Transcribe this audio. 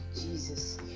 Jesus